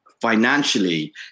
financially